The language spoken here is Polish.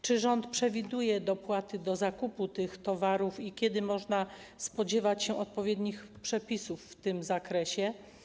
Czy rząd przewiduje dopłaty do zakupu tych towarów i kiedy można spodziewać się odpowiednich przepisów w tym zakresie?